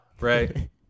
right